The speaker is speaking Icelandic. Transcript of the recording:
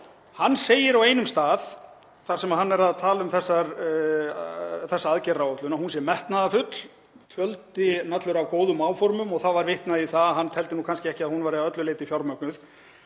Hann segir á einum stað þar sem hann er að tala um þessa aðgerðaáætlun, að hún sé metnaðarfull, fjöldinn allur af góðum áformum, og vitnað var í að hann teldi kannski ekki að hún væri að öllu leyti fjármögnuð.